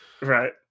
right